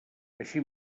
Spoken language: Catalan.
així